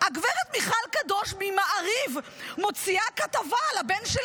הגברת מיכל קדוש במעריב מוציאה כתבה על הבן של